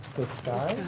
the sky.